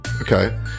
Okay